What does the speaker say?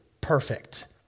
perfect